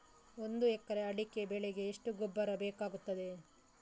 ಒಂದು ಎಕರೆ ಅಡಿಕೆ ಬೆಳೆಗೆ ಎಷ್ಟು ಗೊಬ್ಬರ ಬೇಕಾಗಬಹುದು?